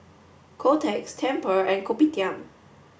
Kotex Tempur and Kopitiam